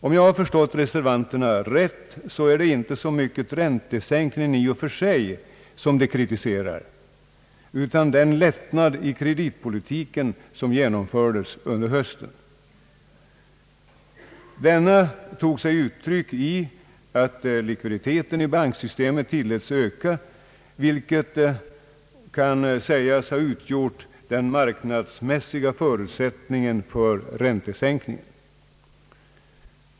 Om jag har förstått reservanterna rätt, är det inte så mycket räntesänkningen i och för sig som de kritiserar utan den lättnad i kreditpolitiken som genomfördes under hösten. Denna tog sig uttryck i att likviditeten i bankerna tilläts öka, vilket kan sägas ha utgjort den marknadsmässiga förutsättningen för räntesänkningen.